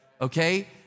Okay